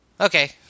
Okay